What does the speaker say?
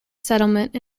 settlement